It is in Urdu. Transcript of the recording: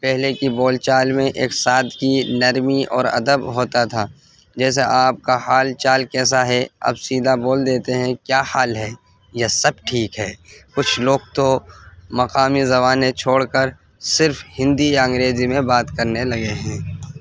پہلے کی بول چال میں ایک ساتھ کی نرمی اور ادب ہوتا تھا جیسے آپ کا حال چال کیسا ہے اب سیدھا بول دیتے ہیں کیا حال ہے یہ سب ٹھیک ہے کچھ لوگ تو مقامی زبانیں چھوڑ کر صرف ہندی یا انگریزی میں بات کرنے لگے ہیں